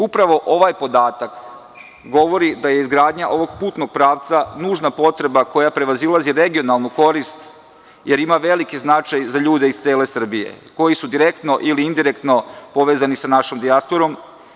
Upravo ovaj podatak govori da je izgradnja ovog putnog pravca nužna potreba koja prevazilazi regionalnu korist, jer ima veliki značaj za ljude iz cele Srbije koji su direktno ili indirektno povezani sa našom dijasporom.